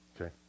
Okay